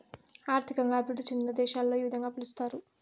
ఆర్థికంగా అభివృద్ధి చెందిన దేశాలలో ఈ విధంగా పిలుస్తారు